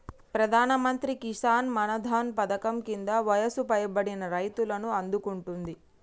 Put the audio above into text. ప్రధానమంత్రి కిసాన్ మాన్ ధన్ పధకం కింద వయసు పైబడిన రైతులను ఆదుకుంటుంది